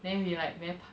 then we like very